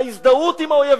ההזדהות עם האויב,